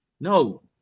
No